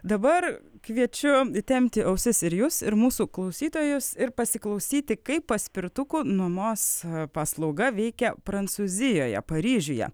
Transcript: dabar kviečiu įtempti ausis ir jus ir mūsų klausytojus ir pasiklausyti kaip paspirtukų nuomos paslauga veikia prancūzijoje paryžiuje